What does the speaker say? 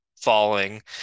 falling